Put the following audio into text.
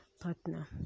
partner